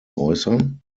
äußern